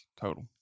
total